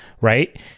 Right